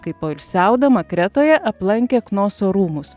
kai poilsiaudama kretoje aplankė knoso rūmus